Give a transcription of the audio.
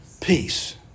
Peace